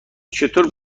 چطور